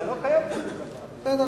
לא קיים כזה דבר.